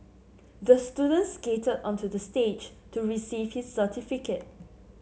the student skated onto the stage to receive his certificate